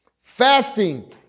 Fasting